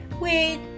wait